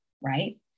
right